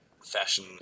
fashion